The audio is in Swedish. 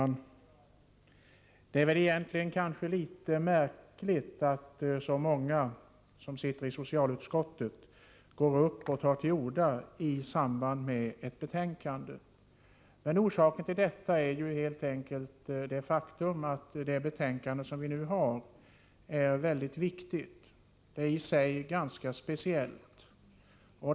Fru talman! Det är egentligen litet märkligt att så många som sitter i socialutskottet går upp och tar till orda i samband med kammarens behandling av ett betänkande. Orsaken till detta är helt enkelt det faktum att det betänkande som vi nu har att behandla är väldigt viktigt. Det är i sig ganska speciellt.